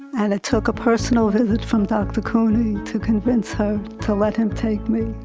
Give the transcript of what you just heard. and it took a personal visit from dr. couney to convince her to let him take me